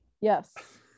Yes